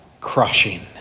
crushing